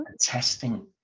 Testing